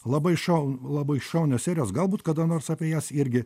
labai šau labai šaunios serijos galbūt kada nors apie jas irgi